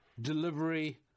delivery